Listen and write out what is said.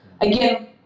Again